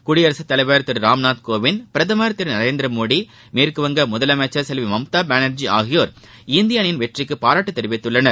குடியரசுத் தலைவர் திரு ராம்நாத் கோவிந்த் பிரதமர் திரு நரேந்திர மோடி மேற்கு வங்க முதலமைச்சர் செல்வி மம்தா பானர்ஜி ஆகியோர் இந்திய அணியின் வெற்றிக்கு பாராட்டு தெரிவித்துள்ளனர்